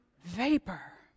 vapor